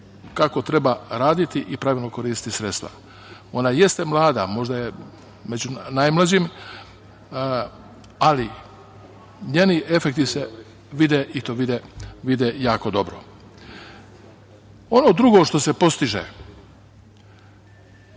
kako treba raditi pravilno koristiti sredstva. Ona jeste mlada, možda je među najmlađim, ali njeni efekti se vide jako dobro. Ono drugo što se postiže